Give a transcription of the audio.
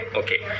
okay